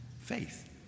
faith